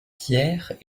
pierre